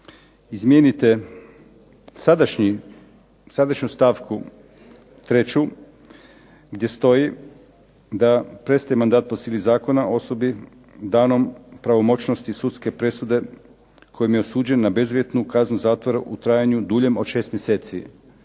izmijenite sadašnju stavku 3. gdje stoji da prestaje mandat po sili zakona osobi danom pravomoćnosti sudske presude kojom je osuđen na bezuvjetnu kaznu zatvora u trajanju duljem od 6 mjeseci.